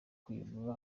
kuyigura